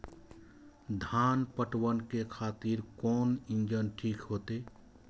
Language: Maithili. धान पटवन के खातिर कोन इंजन ठीक होते?